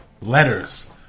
letters